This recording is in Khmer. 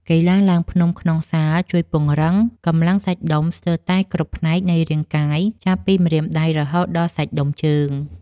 កីឡាឡើងភ្នំក្នុងសាលជួយពង្រឹងកម្លាំងសាច់ដុំស្ទើរតែគ្រប់ផ្នែកនៃរាងកាយ ចាប់ពីម្រាមដៃ រហូតដល់សាច់ដុំជើង។